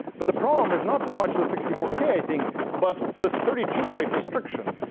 but the problem is not so much the sixty four k thing but this thirty two byte restriction.